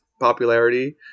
popularity